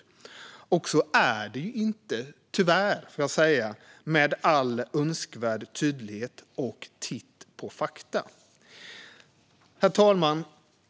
Så är det med all önskvärd tydlighet och efter en titt på fakta tyvärr inte. Herr talman!